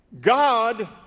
God